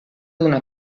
d’una